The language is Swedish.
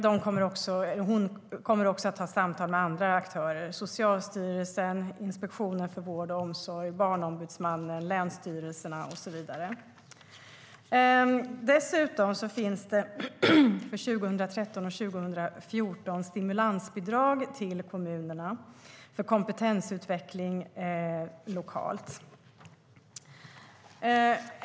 Samordnaren kommer också att föra samtal med andra aktörer, som Socialstyrelsen, Inspektionen för vård och omsorg, Barnombudsmannen, länsstyrelserna och så vidare. Dessutom finns det för 2013 och 2014 stimulansbidrag till kommunerna för kompetensutveckling lokalt.